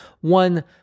one